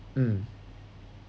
mm